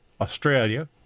Australia